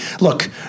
look